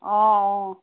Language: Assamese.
অঁ অঁ